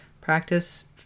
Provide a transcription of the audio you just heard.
Practice